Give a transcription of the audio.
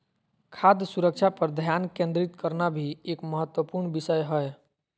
खाद्य सुरक्षा पर ध्यान केंद्रित करना भी एक महत्वपूर्ण विषय हय